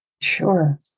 Sure